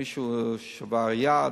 מישהו שבר יד,